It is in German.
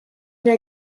der